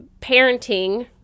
parenting